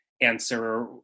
answer